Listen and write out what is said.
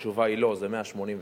התשובה היא לא, זה 186,